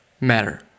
matter